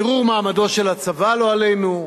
ערעור מעמדו של הצבא, לא עלינו,